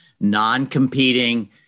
non-competing